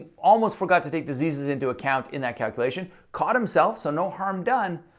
almost forgot to take diseases into account in that calculation caught himself, so no harm done.